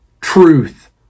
truth